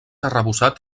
arrebossat